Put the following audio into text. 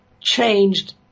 changed